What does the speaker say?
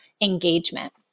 engagement